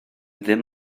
ddim